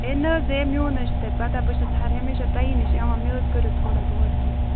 ہے نہَ حظ ہَے میٛون حظ چھَو تۄہہِ پَتاہ بہٕ چھَس ہر ہمیشہ تۄہے نِش یِوان مےٚ حظ کٔرِو تھوڑا بہت کیٚنٛہہ